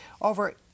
over